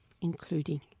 including